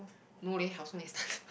no leh How Soon is